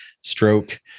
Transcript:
stroke